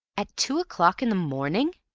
at two o'clock in the morning?